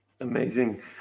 amazing